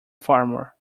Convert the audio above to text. farmer